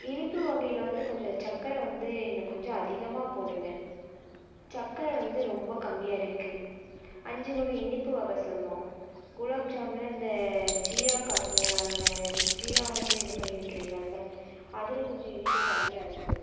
இனிப்பு வகையில் வந்து கொஞ்சம் சக்கரை வந்து இன்னும் கொஞ்சம் அதிகமாக போடுங்கள் சக்கரை வந்து ரொம்ப கம்மியாக இருக்குது அஞ்சு வகை இனிப்பு வகை சொன்னோம் குலோப்ஜாமில் இந்த ஜீராக்காசுல அந்த ஜீரா வந்து இது பண்ணி வக்கிறீங்கள்ல அதில் கொஞ்சம் இனிப்பு கம்மியாக இருக்குது